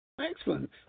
Excellent